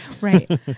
right